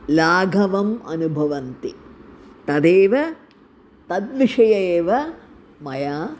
लाघवम् अनुभवन्ति तदेव तद्विषये एव मया